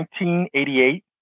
1988